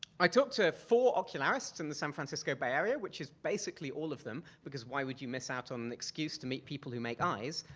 i talked to four ocularists in the san francisco bay area which is basically all of them, because why would you miss out on an excuse to meet people who make eyes?